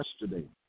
yesterday